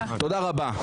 תודה רבה.